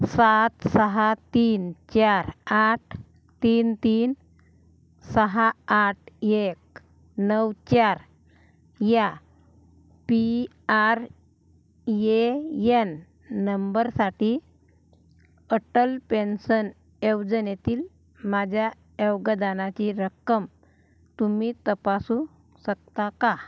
सात सहा तीन चार आठ तीन तीन सहा आठ एक नऊ चार या पी आर ये यन नंबरसाठी अटल पेन्सन योजनेतील माझ्या योगदानाची रक्कम तुम्ही तपासू शकता का